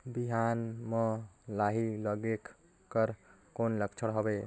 बिहान म लाही लगेक कर कौन लक्षण हवे?